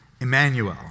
Emmanuel